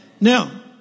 Now